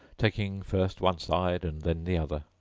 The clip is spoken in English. taking first one side and then the other,